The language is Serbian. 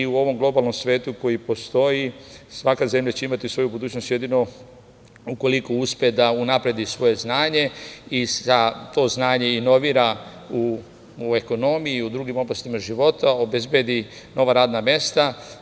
U ovom globalnom svetu koji postoji svaka zemlja će imati svoju budućnost jedino ukoliko uspe da unapredi svoje znanje i to znanje inovira u ekonomiju i drugim oblastima života, obezbedi nova radna mesta.